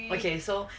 okay so